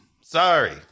Sorry